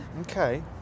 okay